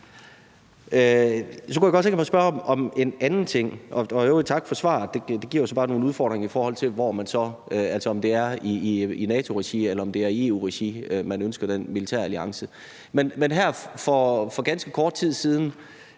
Så kunne jeg godt tænke mig at spørge om en anden ting. Og i øvrigt tak for svaret; det giver så bare nogle udfordringer, i forhold til om det er i NATO-regi, eller om det er i EU-regi, man ønsker den militæralliance. Men her for ganske kort tid siden